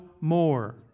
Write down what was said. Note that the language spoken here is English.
more